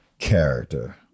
character